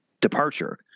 departure